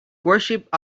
worshipped